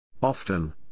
Often